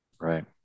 right